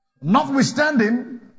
Notwithstanding